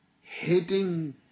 hating